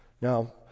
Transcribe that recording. Now